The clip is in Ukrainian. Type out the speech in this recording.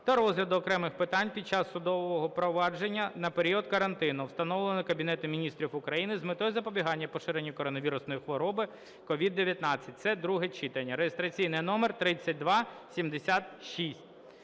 та розгляду окремих питань під час судового провадження на період карантину, встановленого Кабінетом Міністрів України з метою запобігання поширенню коронавірусної хвороби (COVID 19). Це друге читання. Реєстраційний номер 3276.